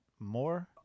More